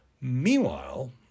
Meanwhile